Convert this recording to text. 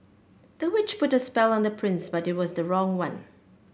the witch put a spell on the prince but it was the wrong one